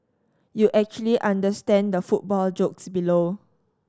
you actually understand the football jokes below